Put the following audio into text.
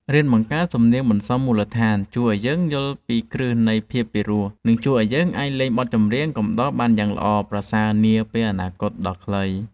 រៀនបង្កើតសំនៀងបន្សំមូលដ្ឋានជួយឱ្យយើងយល់ពីគ្រឹះនៃភាពពីរោះ និងជួយឱ្យយើងអាចលេងបទចម្រៀងកំដរបានយ៉ាងល្អប្រសើរនាពេលអនាគតដ៏ខ្លី។